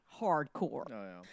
hardcore